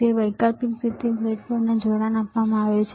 તેથી વૈકલ્પિક રીતે આ બ્રેડબોર્ડને જોડાણ આપવામાં આવ્યું છે